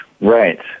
Right